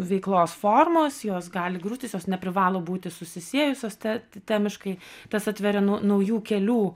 veiklos formos jos gali griūt jos jos neprivalo būti susisiejusios te t temiškai tas atveria nau naujų kelių